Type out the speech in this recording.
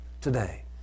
today